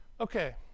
Okay